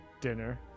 dinner